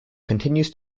continues